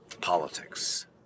politics